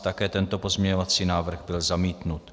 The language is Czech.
Také tento pozměňovací návrh byl zamítnut.